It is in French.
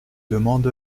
demande